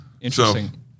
Interesting